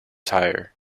tyre